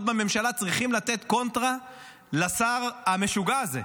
בממשלה צריכים לתת קונטרה לשר המשוגע הזה.